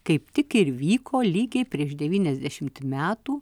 kaip tik ir vyko lygiai prieš devyniasdešimt metų